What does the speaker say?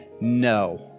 no